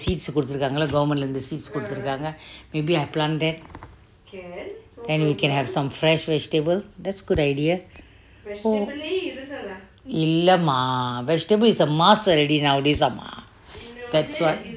seeds குடுத்து இருக்காங்கள:kuduthu irukangala government ல இருந்து seeds குடுத்து இருக்காங்க:a irunthu seeds kuduthu irukanga maybe I plant that and we can have some fresh vegetable that's a good idea இல்லமா:illamaa vegetable is a must nowadays அம்மா:amma that's why